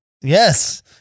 Yes